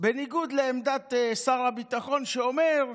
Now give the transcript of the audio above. בניגוד לעמדת שר הביטחון שאומר: